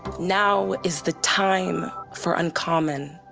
now is the time for uncommon,